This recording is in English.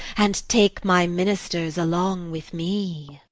and take my ministers along with me.